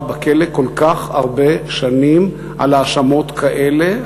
בכלא כל כך הרבה שנים על האשמות כאלה,